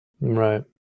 Right